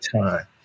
time